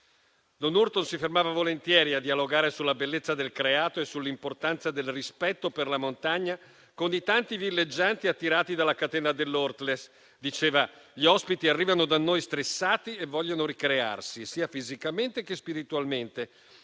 Don Hurton si fermava volentieri a dialogare sulla bellezza del creato e sull'importanza del rispetto per la montagna con i tanti villeggianti attirati dalla catena dell'Ortles. Diceva: gli ospiti arrivano da noi stressati e vogliono ricrearsi sia fisicamente che spiritualmente.